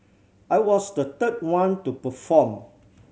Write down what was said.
I was the third one to perform